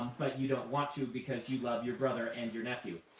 but you don't want to because you love your brother and your nephew.